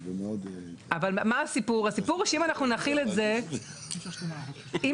הוא יזין את כל